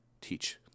teach